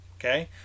Okay